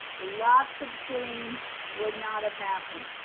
lots of things would not have happened.